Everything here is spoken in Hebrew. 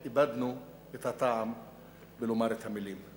איבדנו את הטעם בלומר את המלים.